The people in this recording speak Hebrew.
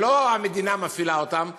לא המדינה מפעילה אותם,